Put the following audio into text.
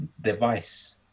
device